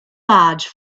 large